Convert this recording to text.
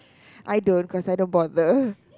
I don't cause I don't bother